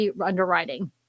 underwriting